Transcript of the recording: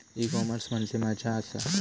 E commerce म्हणजे मझ्या आसा?